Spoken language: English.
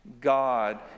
God